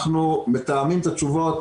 אנחנו מתאמים את התשובות,